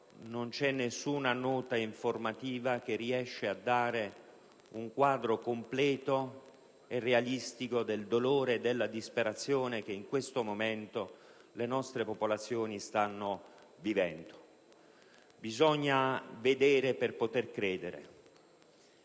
non c'è nessuna nota informativa che riesca a dare un quadro completo e realistico del dolore e della disperazione che in questo momento stanno vivendo le nostre popolazioni. Bisogna vedere per poter credere: